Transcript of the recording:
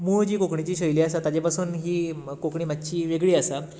मूळ जी कोंकणीची शैली आसा ताज्या पासून ही कोंकणी मातशी वेगळी आसा